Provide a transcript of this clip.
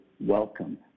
welcome